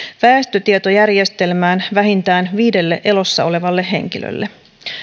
väestötietojärjestelmään vähintään viidelle elossa olevalle henkilölle